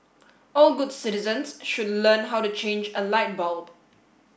all good citizens should learn how to change a light bulb